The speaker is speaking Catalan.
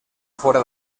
fora